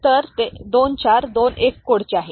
तर ते 2421 कोडचे आहे